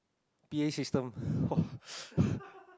p_a system !wah!